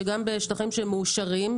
שגם בשטחים שהם מאושרים,